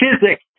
physics